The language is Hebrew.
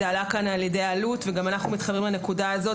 זה עלה על ידי אלו"ט וגם אנחנו מתחברים לנקודה הזאת.